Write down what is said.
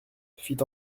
fit